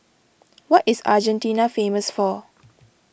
what is Argentina famous for